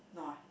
no ah